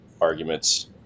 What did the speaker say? arguments